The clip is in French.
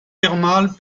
thermales